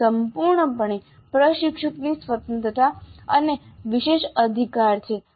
આ સંપૂર્ણપણે પ્રશિક્ષકની સ્વતંત્રતા અને વિશેષાધિકાર છે